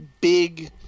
big